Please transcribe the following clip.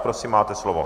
Prosím, máte slovo.